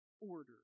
order